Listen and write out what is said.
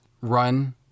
Run